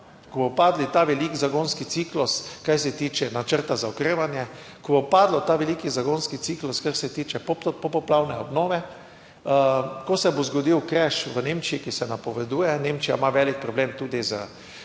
ko bomo padli, ta velik zagonski ciklus, kar se tiče načrta za okrevanje, ko bo padlo ta veliki zagonski ciklus, kar se tiče poplavne obnove, ko se bo zgodil kreš v Nemčiji, ki se napoveduje. Nemčija ima velik problem tudi s